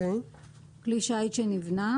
"כלי שיט שנבנה"